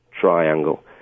triangle